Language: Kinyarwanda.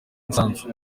umusanzu